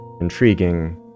intriguing